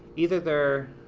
either they're